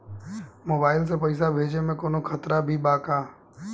Mobile से पैसा भेजे मे कौनों खतरा भी बा का?